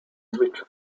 rich